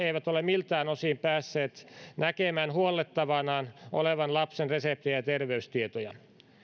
eivät ole miltään osin päässeet näkemään huollettavanaan olevan lapsen reseptejä ja terveystietoja